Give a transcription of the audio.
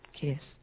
kiss